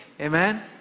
Amen